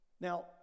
Now